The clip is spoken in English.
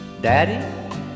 Daddy